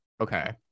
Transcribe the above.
Okay